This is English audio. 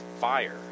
fire